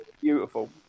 beautiful